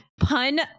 pun